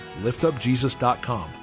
liftupjesus.com